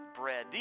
bread